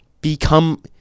become